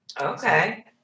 Okay